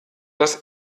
das